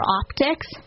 optics